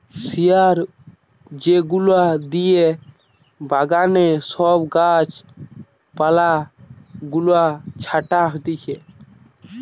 শিয়ার যেগুলা দিয়ে বাগানে সব গাছ পালা গুলা ছাটা হতিছে